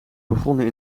begonnen